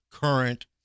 current